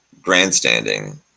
grandstanding